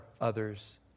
others